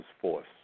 force